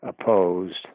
opposed